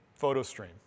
PhotoStream